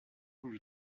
voulu